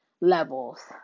levels